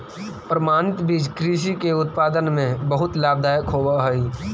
प्रमाणित बीज कृषि के उत्पादन में बहुत लाभदायक होवे हई